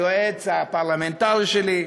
היועץ הפרלמנטרי שלי,